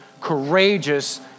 courageous